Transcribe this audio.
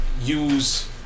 use